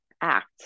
act